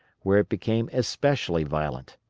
where it became especially violent.